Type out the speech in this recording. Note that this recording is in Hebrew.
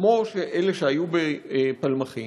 כמו אלה שהיו בפלמחים,